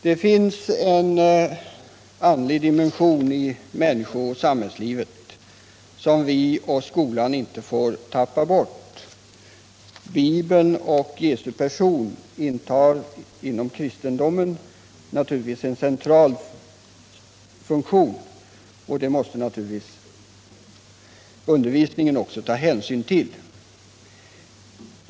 Det finns en andlig dimension i människooch samhällslivet som vi och skolan inte får tappa bort. Bibeln och Jesu person intar inom kristendomen en central plats. Det måste naturligtvis också undervisningen ta hänsyn till.